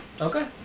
Okay